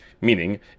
meaning